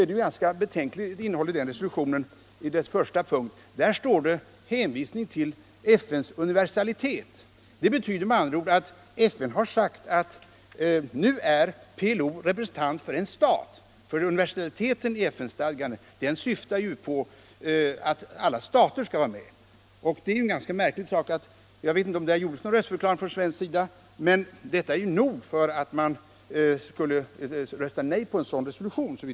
I vad gäller PLO framförs i resolutionen som första punkt en hänvisning till FN:s universalitet. Det betyder med andra ord att FN har sagt att PLO nu är representant för en stat. Universaliteten i FN-stadgan syftar ju på att alla stater skall vara med. Det här är ett ganska märkligt förhållande. Jag vet inte om det gjorts någon röstförklaring från svenskt håll, men detta är såvitt jag förstår nog för att vi skulle rösta nej till en sådan resolution.